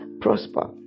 prosper